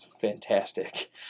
fantastic